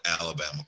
Alabama